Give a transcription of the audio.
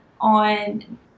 on